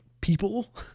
people